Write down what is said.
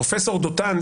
פרופסור דותן,